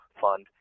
fund